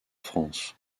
france